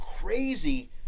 crazy